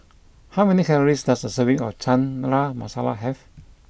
how many calories does a serving of Chana Masala have